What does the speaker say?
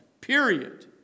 Period